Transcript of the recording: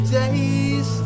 days